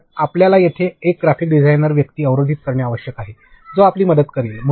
तर आपल्याला तेथे एक ग्राफिक डिझाइनर व्यक्ती अवरोधित करणे आवश्यक आहे जो आपली मदत करेल